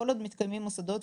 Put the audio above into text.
כל עוד מתקיימים מוסדות,